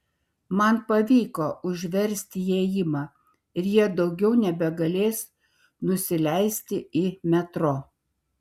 man pavyko užversti įėjimą ir jie daugiau nebegalės nusileisti į metro